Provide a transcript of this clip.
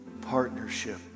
partnership